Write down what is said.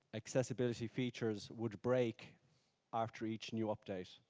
accessibility features would break after each new update.